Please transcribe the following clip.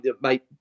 mate